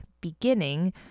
beginning